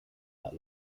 that